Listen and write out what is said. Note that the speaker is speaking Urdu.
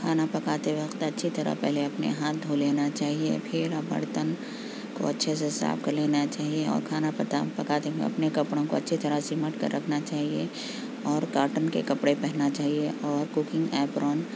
کھانا پکاتے وقت اچھی طرح پہلے اپنے ہاتھ دھو لینا چاہیے پھر برتن کو اچھے سے صاف کر لینا چاہیے اور کھانا پتا پکاتے ہوئے اپنے کپڑوں کو اچھی طرح سمیٹ کر رکھنا چاہیے اور کاٹن کے کپڑے پہننا چاہیے اور کوکنگ ایپرون